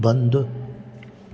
बंदि